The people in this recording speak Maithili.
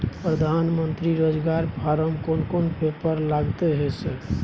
प्रधानमंत्री योजना फारम कोन कोन पेपर लगतै है सर?